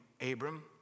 Abram